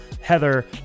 Heather